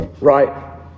right